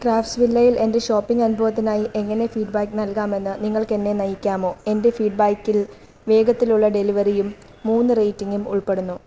ക്രാഫ്റ്റ്സ്വില്ലയിൽ എൻ്റെ ഷോപ്പിംഗ് അനുഭവത്തിനായി എങ്ങനെ ഫീഡ്ബാക്ക് നൽകാമെന്ന് നിങ്ങൾക്ക് എന്നെ നയിക്കാമോ എൻ്റെ ഫീഡ്ബാക്കിൽ വേഗത്തിലുള്ള ഡെലിവറിയും മൂന്ന് റേറ്റിംഗും ഉൾപ്പെടുന്നു